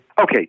Okay